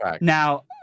Now